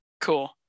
Cool